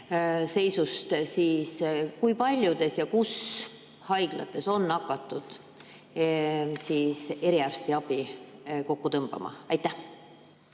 seisust, siis kui paljudes ja millistes haiglates on hakatud eriarstiabi kokku tõmbama? Aitäh!